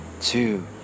two